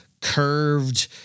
curved